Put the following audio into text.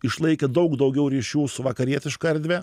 išlaikė daug daugiau ryšių su vakarietiška erdve